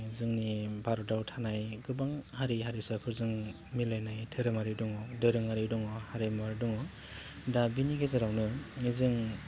जोंनि भारताव थानाय गोबां हारि हारिसाफोरजों मिलायनाय धोरोमारि दङ दोरोङारि दङ हारिमुवारि दङ दा बेनि गेजेरावनो जों